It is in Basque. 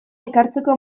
ekartzeko